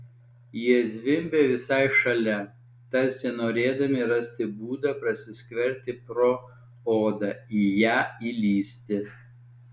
jie zvimbė visai šalia tarsi norėdami rasti būdą prasiskverbti pro odą į ją įlįsti